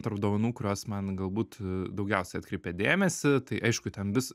tarp dovanų kurios man galbūt daugiausiai atkreipė dėmesį tai aišku ten vis